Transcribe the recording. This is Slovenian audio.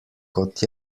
kot